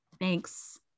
Thanks